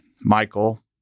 Michael